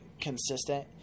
consistent